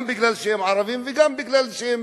גם מפני שהם ערבים וגם מפני שהם